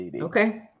Okay